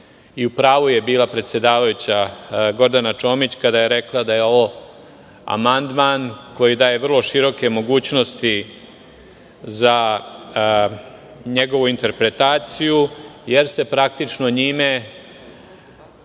i u pravu je bila predsedavajuća Gordana Čomić kada je rekla da je ovo amandman koji daje vrlo široke mogućnosti za njegovu interpretaciju jer se praktično njime,